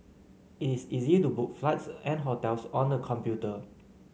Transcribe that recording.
it is easy to book flights and hotels on the computer